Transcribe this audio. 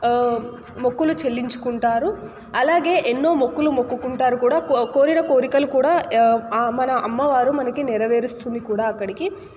మొక్కులు చెల్లించుకుంటారు అలాగే ఎన్నో మొక్కలు మొక్కుకుంటారు కూడా కోరిన కోరికలు కూడా మన అమ్మవారు మనకి నెరవేరుస్తుంది కూడా అక్కడికి